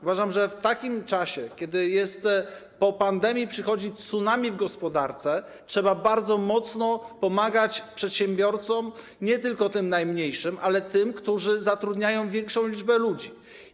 Uważam, że w takim czasie, kiedy po pandemii przychodzi tsunami w gospodarce, trzeba bardzo mocno pomagać przedsiębiorcom, nie tylko tym najmniejszym, ale tym, którzy zatrudniają większą liczbę ludzi.